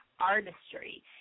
artistry